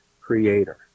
creator